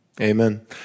Amen